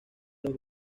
los